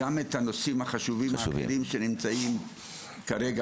גם את הנושאים החשובים האחרים שנמצאים כרגע